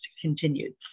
continued